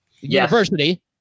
University